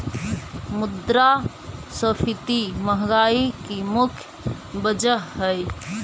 मुद्रास्फीति महंगाई की मुख्य वजह हई